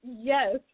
Yes